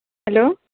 hello